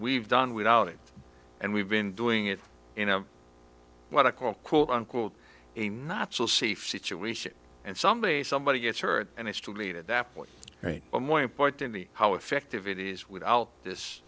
we've done without it and we've been doing it you know what i call quote unquote a not so safe situation and somebody somebody gets hurt and it's too late at that point right but more importantly how effective it is without this